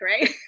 right